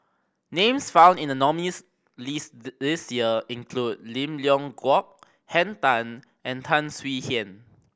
names found in the nominees' list the this year include Lim Leong Geok Henn Tan and Tan Swie Hian